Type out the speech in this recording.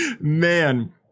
Man